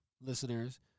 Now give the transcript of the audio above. listeners